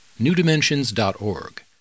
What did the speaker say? newdimensions.org